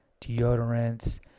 deodorants